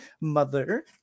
mother